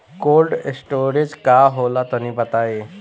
Cold storage का होला तनि बताई?